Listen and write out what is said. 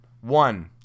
One